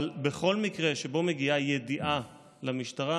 אבל בכל מקרה שבו מגיעה ידיעה למשטרה,